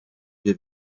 wir